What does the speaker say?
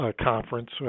Conference